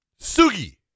Sugi